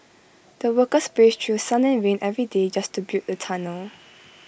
the workers braved through sun and rain every day just to build the tunnel